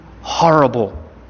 horrible